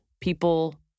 People